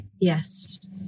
Yes